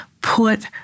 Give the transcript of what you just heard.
put